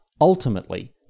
ultimately